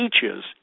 teaches